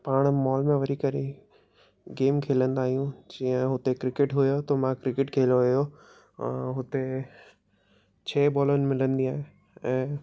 पाण मॉल में वञी करे गेम खेलंदा आहियूं जीअं हुते क्रिकेट हुओ त मां क्रिकेट खेलो आहियो हुते छह बॉलनि मिलंदियूं आहिनि ऐं